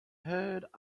heard